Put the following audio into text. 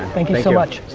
thank you so much,